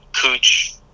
Cooch